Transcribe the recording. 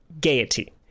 Gaiety